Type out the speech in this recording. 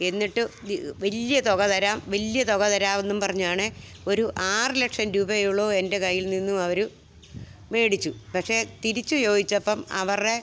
എന്നിട്ട് വലിയ തുക തരാം വലിയ തുക തരാവെന്നും പറഞ്ഞാണ് ഒരു ആറു ലക്ഷം രൂപയോളം എൻ്റെ കയ്യിൽനിന്നും അവര് വേടിച്ചു പക്ഷെ തിരിച്ചുചോദിച്ചപ്പോള് അവരുടെ